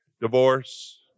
divorce